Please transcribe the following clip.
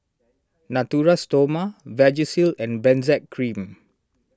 Natura Stoma Vagisil and Benzac Cream